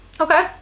Okay